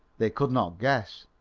they could not guess,